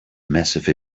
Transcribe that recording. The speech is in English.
massive